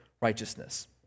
righteousness